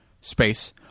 space